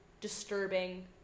disturbing